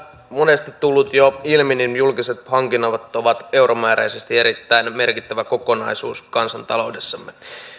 monesti tullut jo ilmi julkiset hankinnat ovat ovat euromääräisesti erittäin merkittävä kokonaisuus kansantaloudessamme